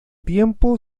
tiempo